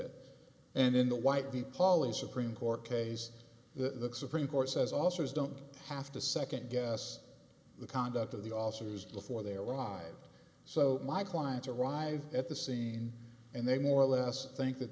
it and in the white the polish supreme court case the supreme court says also is don't have to second guess the conduct of the officers before they arrived so my clients arrive at the scene and they more or less think that